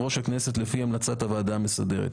ראש הכנסת לפי המלצת הוועדה המסדרת.